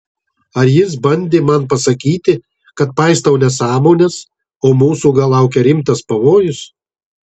ar jis bandė man pasakyti kad paistau nesąmones o mūsų gal laukia rimtas pavojus